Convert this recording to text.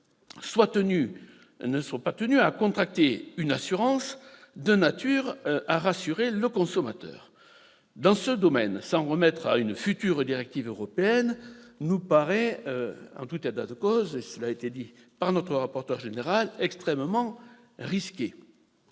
ne soient pas tenus de contracter une assurance de nature à rassurer le consommateur. Dans ce domaine, s'en remettre à une future directive européenne nous paraît en tout état de cause- cela a été dit par notre rapporteur général -extrêmement risqué.